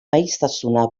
maiztasuna